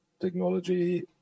technology